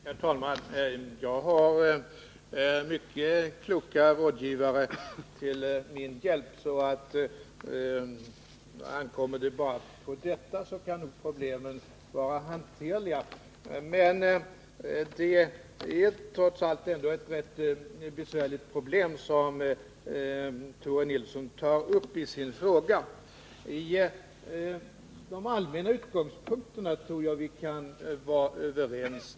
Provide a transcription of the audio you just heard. Herr talman! Jag har mycket kloka rådgivare till min hjälp, så ankommer det bara på det kan problemen vara hanterliga. Men det är trots allt ett rätt besvärligt problem som Tore Nilsson tar upp i sin fråga. I de allmänna utgångspunkterna tror jag att vi kan vara överens.